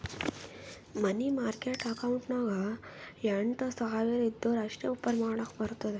ಮನಿ market account ನಾಗ್ ಎಂಟ್ ಸಾವಿರ್ ಇದ್ದೂರ ಅಷ್ಟೇ ಓಪನ್ ಮಾಡಕ್ ಬರ್ತುದ